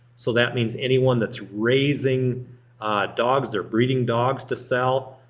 so that means anyone that's raising dogs or breeding dogs to sell,